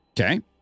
Okay